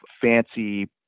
fancy